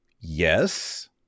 Yes